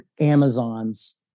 Amazon's